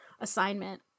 assignment